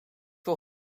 wil